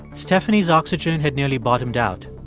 stephanie's oxygen had nearly bottomed out.